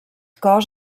cos